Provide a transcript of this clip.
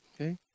okay